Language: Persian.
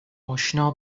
اشنا